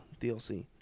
DLC